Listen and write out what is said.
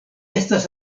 estas